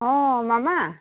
অঁ মামা